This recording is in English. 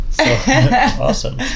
Awesome